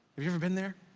have you ever been there?